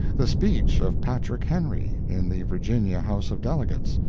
the speech of patrick henry in the virginia house of delegates,